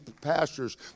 pastures